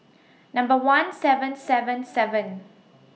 Number one seven seven seven